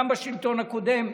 גם השלטון הקודם,